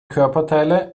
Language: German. körperteile